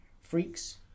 Freaks